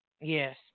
Yes